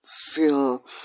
feel